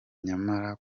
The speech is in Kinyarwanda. nyamara